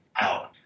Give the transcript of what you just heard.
out